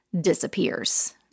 disappears